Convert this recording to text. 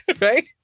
right